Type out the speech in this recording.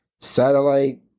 satellite